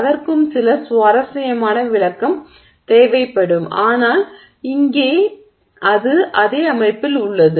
அதற்கும் சில சுவாரஸ்யமான விளக்கம் தேவைப்படும் ஆனால் இங்கே அது அதே அமைப்பில் உள்ளது